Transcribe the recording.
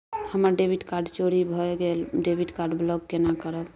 हमर debit card चोरी भगेलै डेबिट कार्ड ब्लॉक केना करब?